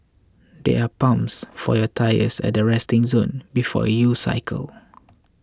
there are pumps for your tyres at the resting zone before you cycle